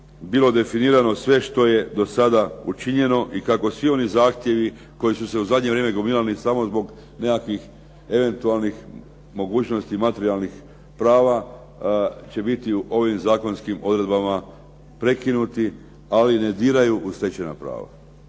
bilo definirano sve što je do sada učinjeno i kako svi oni zahtjevi koji su se u zadnje vrijeme gomilali samo zbog nekakvih eventualnih mogućnosti materijalnih prava će biti ovim zakonskim odredbama prekinuti, ali ne diraju u stečena prava.